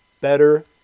better